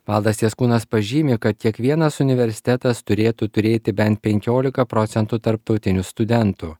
valdas jaskūnas pažymi kad kiekvienas universitetas turėtų turėti bent penkiolika procentų tarptautinių studentų